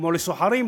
כמו סוחרים,